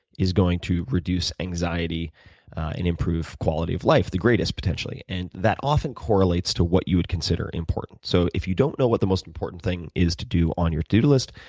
is going to reduce anxiety and improve quality of life, the greatest potentially. and that often correlates to what you would consider important. so if you don't know what the most important thing is to do on your to do list,